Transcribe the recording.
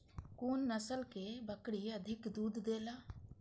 कुन नस्ल के बकरी अधिक दूध देला?